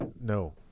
no